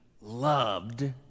loved